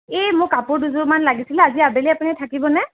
এই মোক কাপোৰ দুযোৰমান লাগিছিল আজি আবেলি আপুনি থাকিব নে